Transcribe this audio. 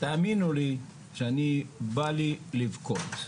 תאמינו לי שאני בא לי לבכות.